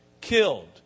Killed